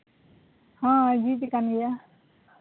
ᱦᱳᱭ ᱡᱩᱛ ᱟᱠᱟᱱ ᱜᱮᱭᱟ